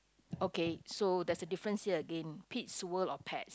okay so there's a difference here again Pete's World of Pets